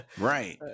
Right